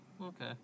okay